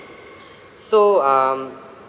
so um